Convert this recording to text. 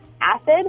acid